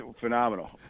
phenomenal